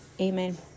Amen